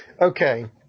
Okay